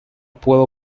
puedo